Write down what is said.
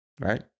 right